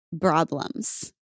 problems